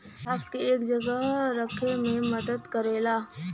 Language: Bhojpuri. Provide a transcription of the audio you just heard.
घास के एक जगह रखे मे मदद करेला